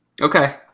Okay